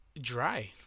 dry